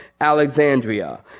Alexandria